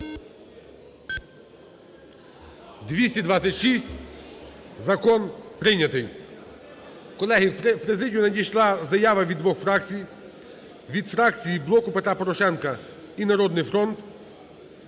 За-226 Закон прийнятий. Колеги, у президію надійшла заява від двох фракцій: від фракції "Блоку Петра Порошенка" і "Народного фронту"